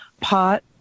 pot